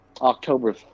October